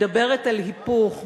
מדברת על היפוך,